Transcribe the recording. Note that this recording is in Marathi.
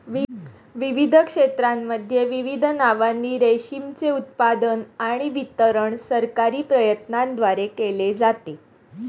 विविध क्षेत्रांमध्ये विविध नावांनी रेशीमचे उत्पादन आणि वितरण सरकारी प्रयत्नांद्वारे केले जाते